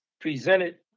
presented